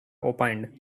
opined